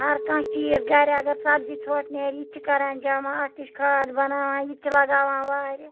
ہرکانٛہہ چیٖز گَرِ اگر سبزی ژھۄٹھ نیرِ یہِ تہِ چھِ کَران جمع اَتھ تہِ چھِ کھاد بَناوان یہِ تہِ لَگاوان وارِ